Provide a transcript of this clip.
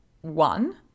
one